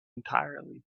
entirely